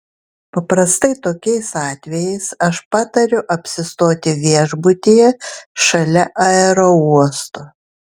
paprastai tokiais atvejais aš patariu apsistoti viešbutyje šalia aerouosto